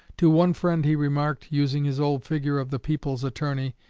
to one friend he remarked, using his old figure of the people's attorney,